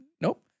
nope